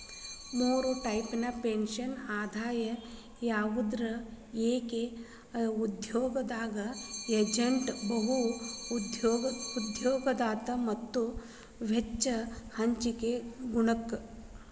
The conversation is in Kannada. ಮೂರ್ ಟೈಪ್ಸ್ ಪೆನ್ಷನ್ ಅದಾವ ಯಾವಂದ್ರ ಏಕ ಉದ್ಯೋಗದಾತ ಏಜೇಂಟ್ ಬಹು ಉದ್ಯೋಗದಾತ ಮತ್ತ ವೆಚ್ಚ ಹಂಚಿಕೆ ಗುಣಕ